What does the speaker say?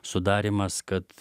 sudarymas kad